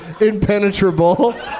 impenetrable